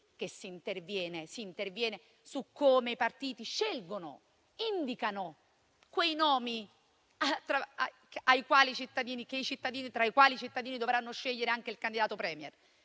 dei partiti si interviene su come essi scelgono e indicano quei nomi tra i quali i cittadini dovranno scegliere anche il candidato P*remier.*